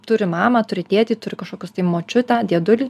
turi mamą turi tėtį turi kažkokius tai močiutę dėdulį